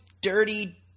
dirty